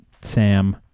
sam